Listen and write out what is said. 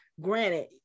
granted